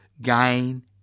gain